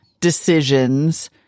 decisions